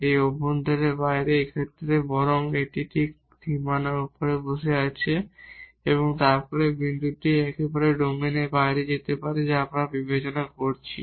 এটি অভ্যন্তরের বাইরে বা এই ক্ষেত্রে বরং এটি ঠিক বাউন্ডারির উপর বসে আছে এই বিন্দুটি একেবারে ডোমেনের বাইরে হতে পারে যা আমরা বিবেচনা করছি